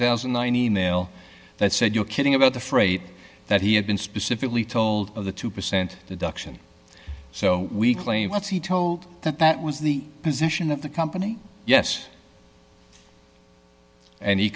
thousand and nine e mail that said you're kidding about the freight that he had been specifically told of the two percent deduction so we claim what's he told that that was the position of the company yes and he